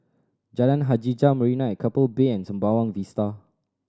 Jalan Hajijah Marina at Keppel Bay and Sembawang Vista